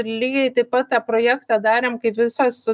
lygiai taip pat tą projektą darėm kaip visos